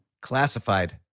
Classified